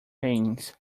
pains